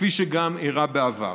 כפי שגם אירע בעבר.